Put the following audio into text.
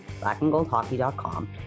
blackandgoldhockey.com